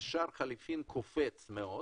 שער החליפין קופץ מאוד,